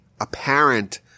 apparent